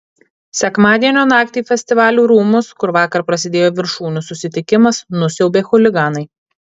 sekmadienio naktį festivalių rūmus kur vakar prasidėjo viršūnių susitikimas nusiaubė chuliganai